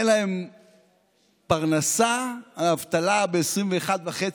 אין להם פרנסה, האבטלה ב-21.5%,